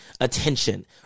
attention